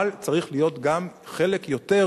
אבל צריך להיות גם חלק יותר